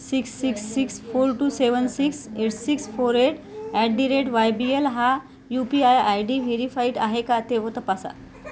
six six six four two seven six eight six four eight at the rate Y B L हा U P I I D verified आहे का ते हो तपासा